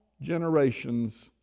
generations